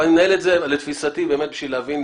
אבל אני מנהל את זה לתפיסתי באמת בשביל להבין,